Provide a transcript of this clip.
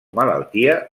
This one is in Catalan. malaltia